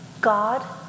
God